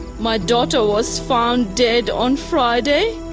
my daughter was found dead on friday,